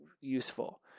useful